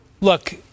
Look